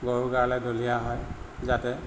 গৰুৰ গালৈ দলিওৱা হয় যাতে